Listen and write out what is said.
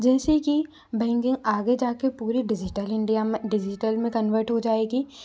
जैसे कि बैंकिंग आगे जाके पूरी डिज़िटल इंडिया में डिजिटल में कन्वर्ट हो जाएगी